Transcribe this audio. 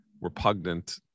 repugnant